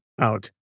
out